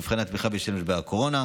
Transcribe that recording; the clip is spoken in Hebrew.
למבחני התמיכה בתקופת הקורונה.